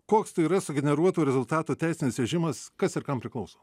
koks tai yra sugeneruoto rezultato teisinis režimas kas ir kam priklauso